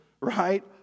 right